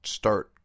start